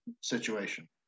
situation